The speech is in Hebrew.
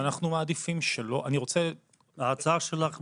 ההצעה שלך,